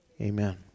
Amen